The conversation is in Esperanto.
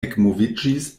ekmoviĝis